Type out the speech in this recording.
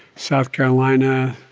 south carolina,